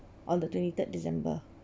on the twenty third december